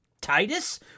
Titus